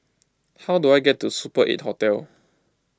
how do I get to Super eight Hotel